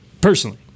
personally